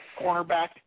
cornerback